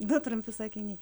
du trumpi sakiniai